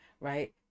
right